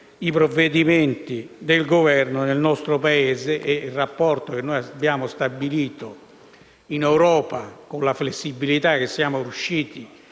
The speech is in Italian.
i provvedimenti del Governo nel nostro Paese e il rapporto che ormai abbiamo stabilito in Europa con la flessibilità che siamo riusciti